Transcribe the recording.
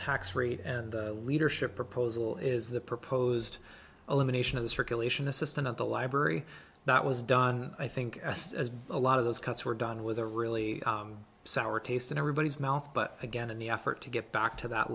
tax rate and the leadership proposal is the proposed elimination of the circulation assistant at the library that was done i think a lot of those cuts were done with a really sour taste in everybody's mouth but again in the effort to get back to that